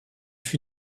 fut